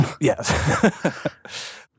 Yes